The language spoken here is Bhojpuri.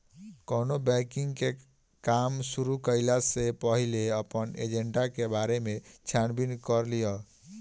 केवनो बैंकिंग के काम शुरू कईला से पहिले अपनी एजेंट के बारे में छानबीन कर लअ